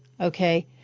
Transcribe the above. okay